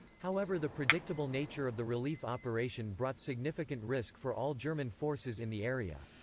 however the predictable nature of the relief operation brought significant risk for all german forces in the area.